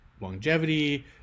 longevity